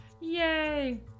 Yay